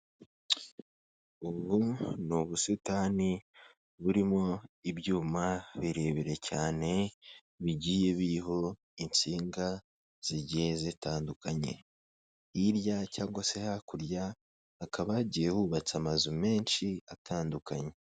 Ubu ni ubusitani burimo ibyuma birebire cyane bigiye biriho insinga zigiye zitandukanye, hirya cyangwa se hakurya hakaba hagiye hubatse amazu menshi atandukanye.